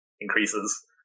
increases